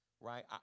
right